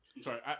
Sorry